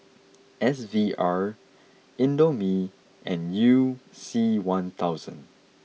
S V R Indomie and you C one thousand